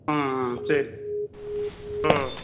ம் ம் சரி ம்